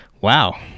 wow